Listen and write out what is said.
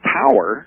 power